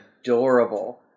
adorable